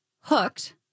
Hooked